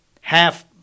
half-